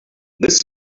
this